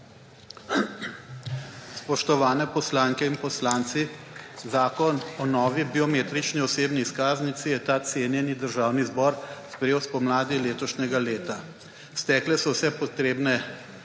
Spoštovane poslanke in poslanci. Zakon o novi biometrični osebni izkaznici je ta cenjeni Državni zbor sprejel spomladi letošnjega leta. Stekli so vsi potrebni